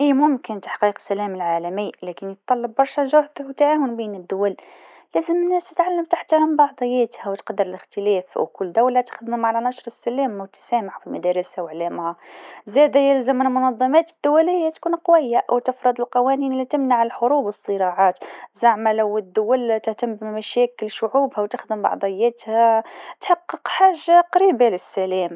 ممكن، لكن يتطلب جهود كبيرة من الجميع. الحوار، التفاهم، والتعاون بين الدول ضروري. لازم نشتغلوا على حل النزاعات، وننشر قيم التسامح. التعليم يلعب دور مهم في هذا، لأنه يساهم في تغيير العقول.